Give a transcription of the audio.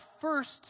first